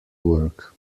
work